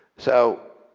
so